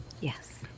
Yes